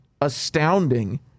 astounding